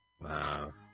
Wow